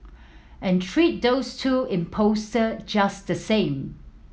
and treat those two impostor just the same